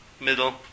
middle